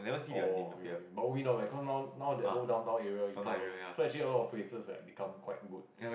oh okay okay but we now like cause now now that all Downtown area it covered so actually a lot of places right become quite good